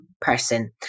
person